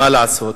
מה לעשות?